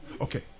Okay